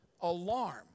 alarm